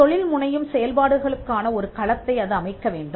தொழில்முனையும் செயல்பாடுகளுக்கான ஒரு களத்தை அது அமைக்க வேண்டும்